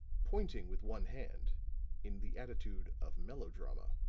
pointing with one hand in the attitude of melodrama.